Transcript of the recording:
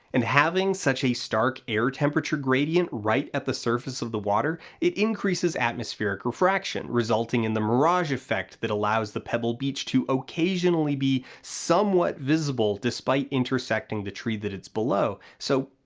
and having such a stark air temperature gradient right at the surface of the water it increases atmospheric refraction, resulting in the mirage effect that allows the pebble beach to occasionally be somewhat visible, despite intersecting the tree that it's below. so,